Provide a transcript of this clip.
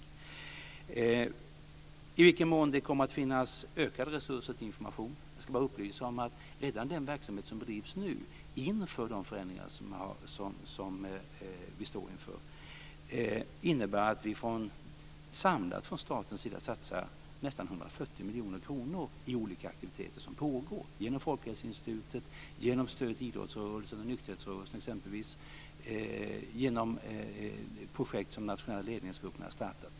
När det gäller i vilken mån det kommer att finnas ökade resurser till information kan jag bara upplysa om att redan den verksamhet som bedrivs nu, inför de förändringar som vi står inför, innebär att vi samlat från statens sida satsar nästan 140 miljoner kronor i olika aktiviteter som pågår. Det sker genom Folkhälsoinstitutet och genom stöd till idrottsrörelsen och nykterhetsrörelsen exempelvis. Det sker också genom projekt som den nationella ledningsgruppen har startat.